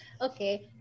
Okay